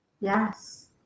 Yes